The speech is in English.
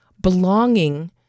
belonging